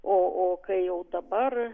o o kai jau dabar